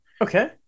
okay